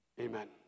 Amen